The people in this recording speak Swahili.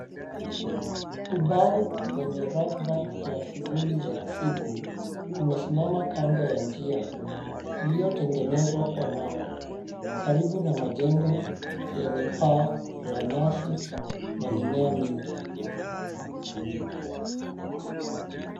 Ubao wenye ratiba ya shughuli za siku umesimama kando ya njia iliyotengenezwa kwa mawe karibu na majengo yenye paa la nyasi na mimea mingi.